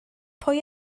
pwy